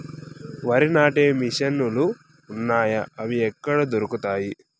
వరి నాటే మిషన్ ను లు వున్నాయా? అవి ఎక్కడ దొరుకుతాయి?